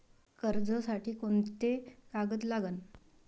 कर्जसाठी कोंते कागद लागन?